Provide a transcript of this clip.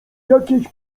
jakiejś